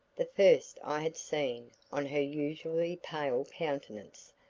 the first i had seen on her usually pale countenance,